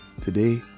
today